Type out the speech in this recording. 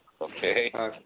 Okay